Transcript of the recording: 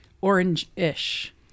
orange-ish